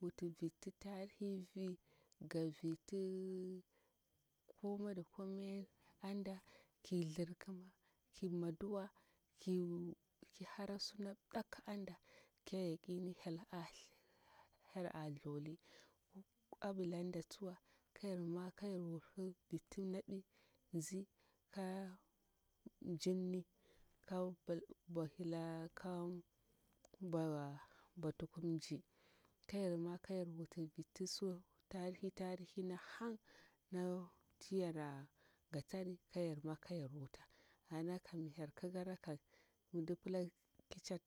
wuti viti tarihi vir, ga viti kome da kome anda, ki thirkima, ki maduwa ki hara sunap daku anda, ki ƙidi hyel hyel a thauli. Ambilan da tsuwa ka yar mwa ka yar wuti viti nabi nzika mjirni ka bo bokukun mji kayar mwo kayar wuti viti su tarihi tarihi na hang nati yarang gatari kayar mwo kayar wuta anakam mi hyel kikara kam mi mdi pila ki cart.